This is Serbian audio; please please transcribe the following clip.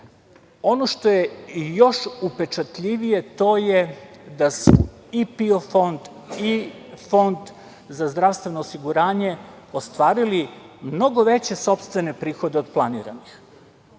što je još upečatljivije, to je da su i PIO fond i Fond za zdravstveno osiguranje ostvarili mnogo veće sopstvene prihode od planiranih.